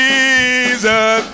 Jesus